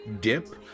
dip